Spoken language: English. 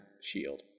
shield